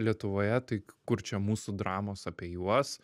lietuvoje tai kur čia mūsų dramos apie juos